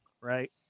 right